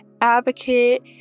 advocate